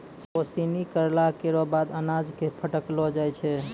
ओसौनी करला केरो बाद अनाज क फटकलो जाय छै